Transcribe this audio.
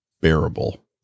bearable